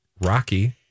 Rocky